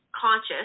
conscious